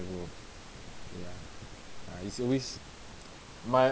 ya ah it's always